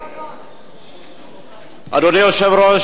אדוני היושב-ראש,